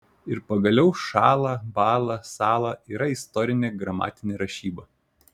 ir pagaliau šąla bąla sąla yra istorinė gramatinė rašyba